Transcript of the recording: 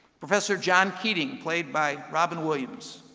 professor john keating, played by robin williams,